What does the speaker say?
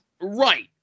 Right